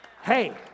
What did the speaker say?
Hey